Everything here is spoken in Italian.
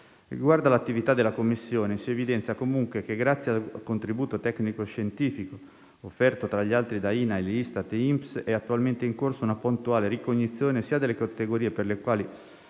Riguardo all'attività della commissione, si evidenzia comunque che, grazie al contributo tecnico-scientifico, offerto, tra gli altri, da INAIL, Istat e INPS, è attualmente in corso una puntuale ricognizione sia delle categorie per le quali